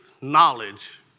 knowledge